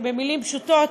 במילים פשוטות,